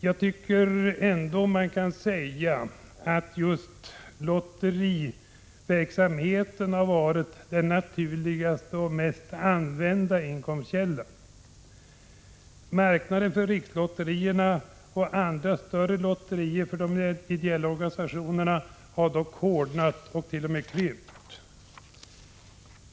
Man kan ändå säga att just lotterier har varit den naturligaste och mest använda inkomstkällan. Marknaden för rikslotterierna och andra större lotterier för de ideella organisationerna har dock hårdnat och t.o.m. krympt.